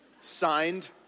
signed